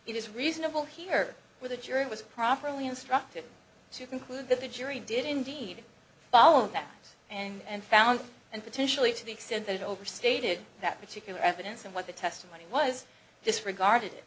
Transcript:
it is reasonable here where the jury was properly instructed to conclude that the jury did indeed follow them and found and potentially to the extent that overstated that particular evidence and what the testimony was disregarded